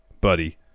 Buddy